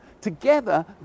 Together